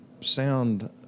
sound